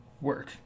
work